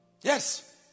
Yes